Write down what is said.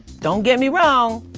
don't get me wrong.